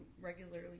regularly